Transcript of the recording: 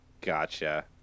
gotcha